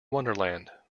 wonderland